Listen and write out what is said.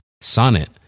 Sonnet